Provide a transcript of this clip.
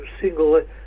single